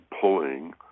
pulling